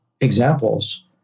examples